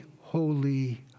holy